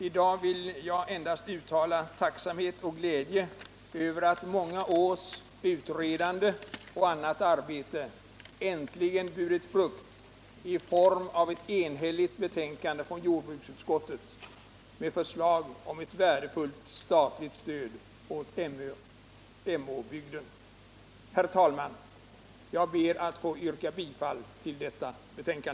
I dag vill jag endast uttala tacksamhet och glädje över att många års utredande och annat arbete äntligen burit frukt i form av ett enhälligt betänkande från jordbruksutskottet med förslag om ett värdefullt statligt stöd åt Emåbygden. Herr talman! Jag ber att få yrka bifall till utskottets hemställan.